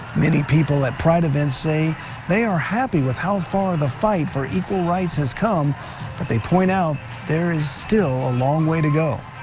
many people at pride events say they're happy with how far the fight for equal rights has come. but point out there is still a long way to go.